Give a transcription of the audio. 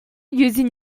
using